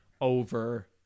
over